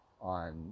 on